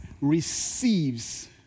receives